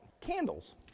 candles